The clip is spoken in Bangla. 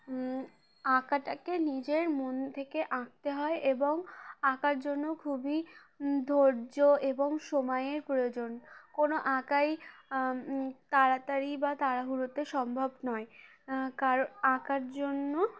আঁকাটাকে নিজের মন থেকে আঁকতে হয় এবং আঁকার জন্য খুবই ধৈর্য এবং সময়ের প্রয়োজন কোনো আঁকাই তাড়াতাড়ি বা তাড়াহুড়োতে সম্ভব নয় কারো আঁকার জন্য